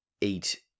eat